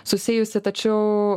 susijusi tačiau